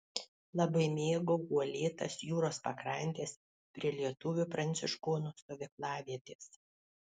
labai mėgau uolėtas jūros pakrantes prie lietuvių pranciškonų stovyklavietės